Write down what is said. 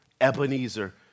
Ebenezer